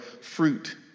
fruit